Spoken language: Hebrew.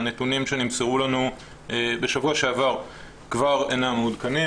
הנתונים שנמסרו לנו בשבוע שעבר כבר אינם מעודכנים,